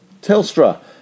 Telstra